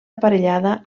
aparellada